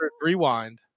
rewind